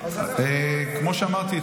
כמו שאמרתי,